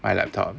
my laptop